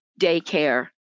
daycare